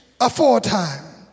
aforetime